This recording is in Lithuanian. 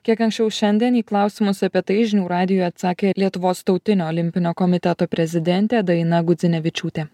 kiek anksčiau šiandien į klausimus apie tai žinių radijui sakė lietuvos tautinio olimpinio komiteto prezidentė daina gudzinevičiūtė